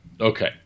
Okay